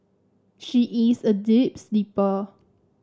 she is a deep sleeper